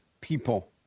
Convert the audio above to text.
people